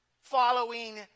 following